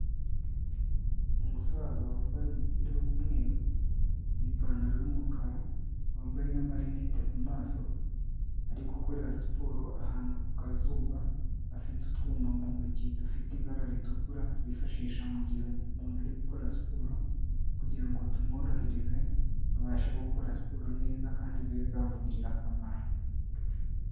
Umusaza wambaye umupira w'umweru n'ipantaro y'umukara, wambaye n'amarinete ku maso ari gukorera siporo ahantu ku kazuba, afite utwuma mu ntoki dufite ibara ritukura twifashisha mu gihe umuntu ari gukora siporo kugira ngo tumworohereze abashe gukora siporo neza kandi zibe zamugirira akamaro.